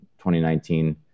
2019